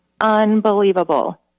unbelievable